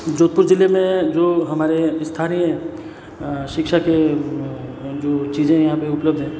जोधपुर ज़िले में जो हमारे स्थानीय शिक्षा के जो चीज़ें यहाँ पे उपलब्ध हैं